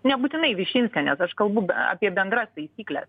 nebūtinai višinskienės aš kalbu apie bendras taisykles